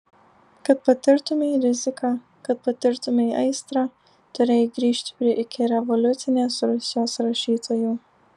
kad patirtumei riziką kad patirtumei aistrą turėjai grįžti prie ikirevoliucinės rusijos rašytojų